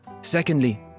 Secondly